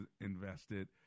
invested